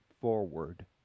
forward